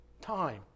time